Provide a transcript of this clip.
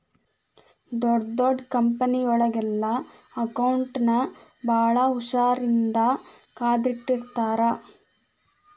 ಡೊಡ್ ದೊಡ್ ಕಂಪನಿಯೊಳಗೆಲ್ಲಾ ಅಕೌಂಟ್ಸ್ ನ ಭಾಳ್ ಹುಶಾರಿನ್ದಾ ಕಾದಿಟ್ಟಿರ್ತಾರ